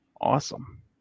Awesome